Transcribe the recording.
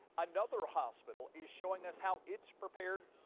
another hospital is showing us how it's prepared.